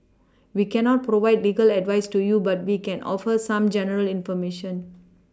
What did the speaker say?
we cannot provide legal advice to you but we can offer some general information